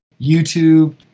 YouTube